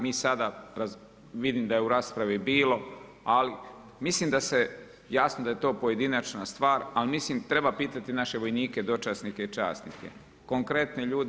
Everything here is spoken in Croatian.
Mi sada vidimo da je u raspravi bilo, ali mislim da se jasno da je to pojedinačna stvar, ali mislim treba pitati naše vojnike, dočasnike i časnike, konkretne ljude.